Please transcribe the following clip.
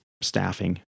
staffing